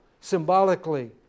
symbolically